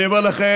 אני אומר לכם,